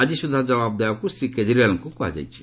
ଆଜି ସୁଦ୍ଧା ଜବାବ ଦେବାକୁ ଶ୍ରୀ କେଜରିଓ୍ବାଲଙ୍କୁ କୁହାଯାଇଛି